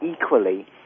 equally